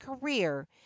career